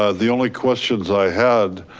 ah the only questions i had,